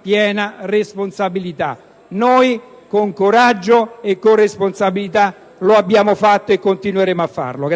piena responsabilità. Noi, con coraggio e responsabilità, lo abbiamo fatto e continueremo a farlo.